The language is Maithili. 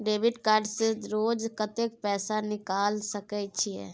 डेबिट कार्ड से रोज कत्ते पैसा निकाल सके छिये?